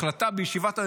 החלטה בישיבת הממשלה,